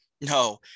no